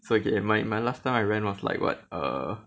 forget my my last time I ran was like what uh